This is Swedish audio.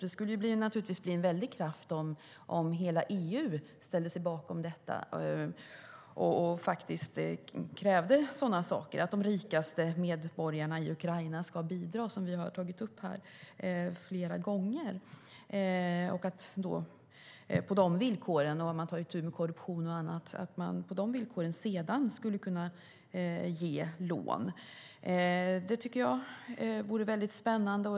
Det skulle naturligtvis bli en väldig kraft om hela EU ställde sig bakom detta och krävde att de rikaste medborgarna i Ukraina ska bidra och att man ska ta itu med korruption och annat, som vi har tagit upp här flera gånger. På de villkoren skulle lån sedan kunna medges. Det tycker jag vore väldigt spännande.